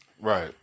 Right